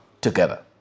together